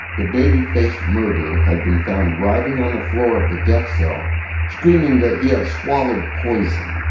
the baby-faced murderer had been found driving on the floor of the death cell screaming that he had swallowed poison.